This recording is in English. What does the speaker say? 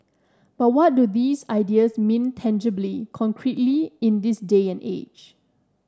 but what do these ideas mean tangibly concretely in this day and age